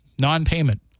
non-payment